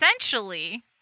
essentially